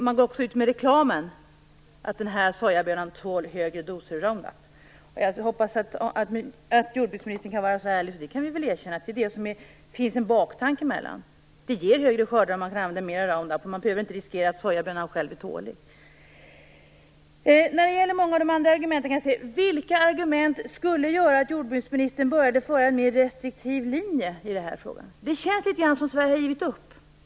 Man går ut i reklamen med att den här sojabönan tål högre doser Roundup. Jag hoppas att jordbruksministern kan vara så ärlig att hon kan erkänna att det finns en baktanke med detta. Det ger högre skördar om man kan använda mer Roundup och man behöver inte riskera att sojabönan själv blir tålig. Många av de andra argumenten får mig att undra vilka argument som skulle göra att jordbruksministern började föra en mer restriktiv linje i den här frågan. Det känns litet grand som om Sverige har givit upp.